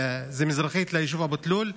זה מזרחית ליישוב אבו תלול,